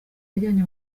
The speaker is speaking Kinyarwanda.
bajyanye